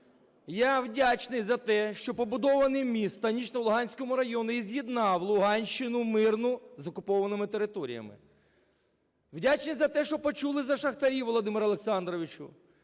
Я вдячний за те, що побудований міст в Станично-Луганському районі і з'єднав Луганщину мирну з окупованими територіями. Вдячний за те, що почули за шахтарів, Володимире Олександровичу.